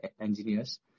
engineers